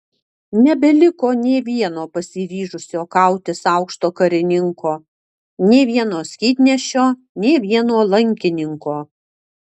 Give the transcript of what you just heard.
nebeliko nė vieno pasiryžusio kautis aukšto karininko nė vieno skydnešio nė vieno lankininko